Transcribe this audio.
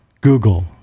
Google